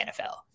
NFL